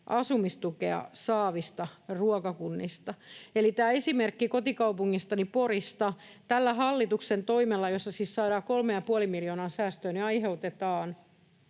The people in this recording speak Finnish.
asumistukea saavista ruokakunnista. Eli esimerkki kotikaupungistani Porista: tällä hallituksen toimella, jolla siis saadaan 3,5 miljoonaa säästöön, aiheutetaan,